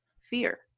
fear